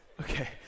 Okay